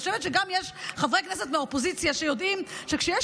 אני חושבת שיש חברי כנסת מהאופוזיציה שיודעים שכשיש